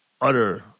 utter